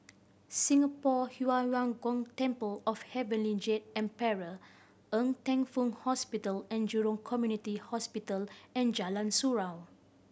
Singapore Yu Huang Gong Temple of Heavenly Jade Emperor Ng Teng Fong Hospital And Jurong Community Hospital and Jalan Surau